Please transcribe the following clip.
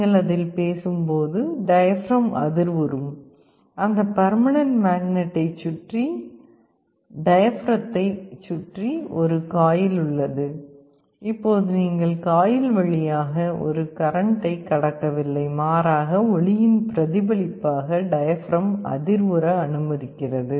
நீங்கள் அதில் பேசும்போது டயப்ரம் அதிர்வுறும் அந்த பெர்மனன்ட் மேக்நெட்டை சுற்றி டயப்ரத்தைச் சுற்றி ஒரு காயில் உள்ளது இப்போது நீங்கள் காயில் வழியாக ஒரு கரண்ட்டை கடக்கவில்லை மாறாக ஒலியின் பிரதிபலிப்பாக டயப்ரம் அதிர்வுற அனுமதிக்கிறது